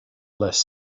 less